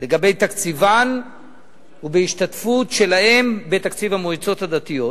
לגבי תקציבן וההשתתפות שלהן בתקציב המועצות הדתיות,